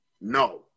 No